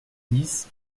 bis